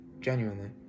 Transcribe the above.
genuinely